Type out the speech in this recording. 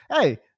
Hey